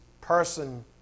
person